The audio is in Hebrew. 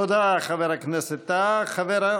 תודה, חבר הכנסת טאהא.